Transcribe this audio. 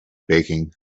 baking